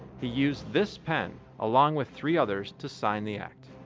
he used this pen, along with three others, to sign the act.